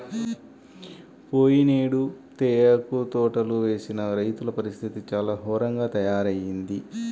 పోయినేడు తేయాకు తోటలు వేసిన రైతుల పరిస్థితి చాలా ఘోరంగా తయ్యారయింది